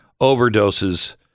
overdoses